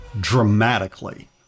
dramatically